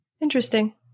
Interesting